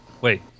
Wait